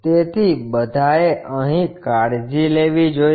તેથી બધાએ અહી કાળજી લેવી જોઈએ